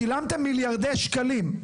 שילמתם מיליארדי שקלים.